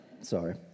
sorry